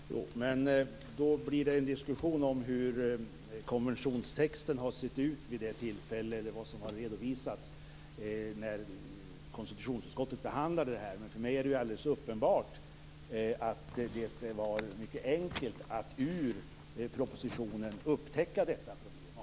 Fru talman! Men då blir det en diskussion om hur konventionstexten såg ut vid det tillfället då konstitutionsutskottet behandlade detta. För mig är det alldeles uppenbart att det var mycket enkelt att i propositionen upptäcka detta problem.